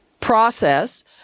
process